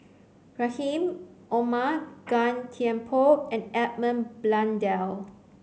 Rahim Omar Gan Thiam Poh and Edmund Blundell